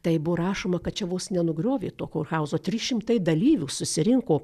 tai buvo rašoma kad čia vos nenugriovė to kurhauzo trys šimtai dalyvių susirinko